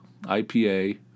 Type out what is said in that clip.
IPA